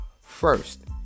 first